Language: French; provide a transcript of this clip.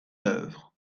œuvre